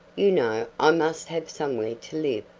you know i must have somewhere to live.